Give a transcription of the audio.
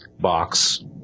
box